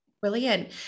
Brilliant